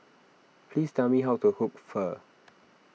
please tell me how to cook Pho